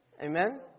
Amen